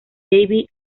david